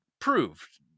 proved